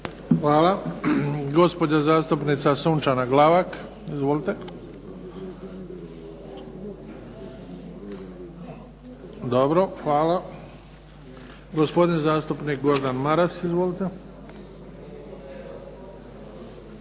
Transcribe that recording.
Hvala. Gospodin zastupnik Gordan Maras. Izvolite.